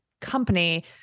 company